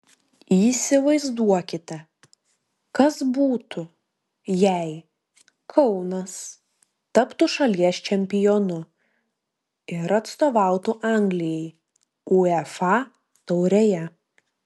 įsivaizduokite kas būtų jei kaunas taptų šalies čempionu ir atstovautų anglijai uefa taurėje